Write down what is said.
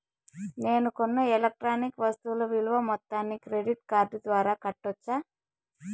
నేను కొన్న ఎలక్ట్రానిక్ వస్తువుల విలువ మొత్తాన్ని క్రెడిట్ కార్డు ద్వారా కట్టొచ్చా?